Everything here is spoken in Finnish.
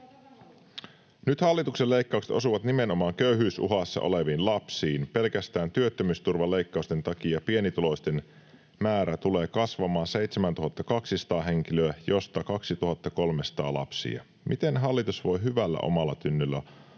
Nyt hallituksen leikkaukset osuvat nimenomaan köyhyysuhassa oleviin lapsiin. Pelkästään työttömyysturvan leikkausten takia pienituloisten määrä tulee kasvamaan 7 200 henkilöä, joista 2 300 on lapsia. Miten hallitus voi hyvällä omallatunnolla